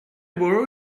borrow